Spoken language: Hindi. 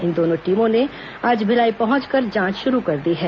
इन दोनों टीमों ने आज भिलाई पहंचकर जांच शुरू कर दी है